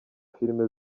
filime